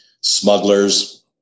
smugglers